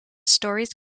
stories